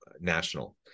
national